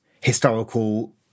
historical